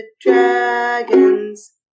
dragon's